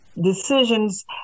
decisions